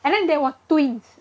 and then they were twins